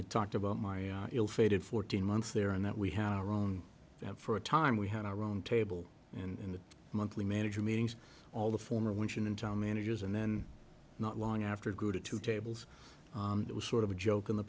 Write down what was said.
i talked about my ill fated fourteen months there and that we had our own for a time we had our own table and the monthly manager meetings all the former when in town managers and then not long after go to two tables it was sort of a joke in the